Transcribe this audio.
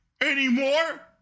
anymore